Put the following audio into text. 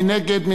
מי נגד?